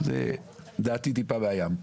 זה לדעתי טיפה בים.